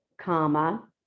comma